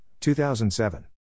2007